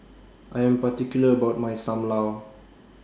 I Am particular about My SAM Lau